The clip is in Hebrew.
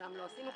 שם לא עשינו.